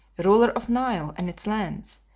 ruler of nile and its lands,